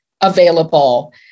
available